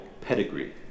pedigree